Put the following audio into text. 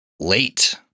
late